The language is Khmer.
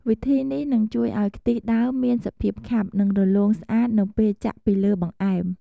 វិធីនេះនឹងជួយឱ្យខ្ទិះដើមមានសភាពខាប់ និងរលោងស្អាតនៅពេលចាក់ពីលើបង្អែម។